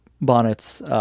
Bonnet's